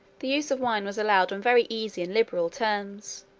the use of wine was allowed on very easy and liberal terms.